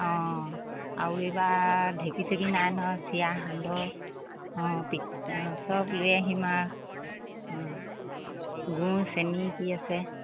অঁ আৰু এইবাৰ ঢেঁকী চেকি নাই নহয় চিৰা সান্দহ অঁ অঁ চব লৈ আহিম আ অঁ গুড় চেনী কি আছে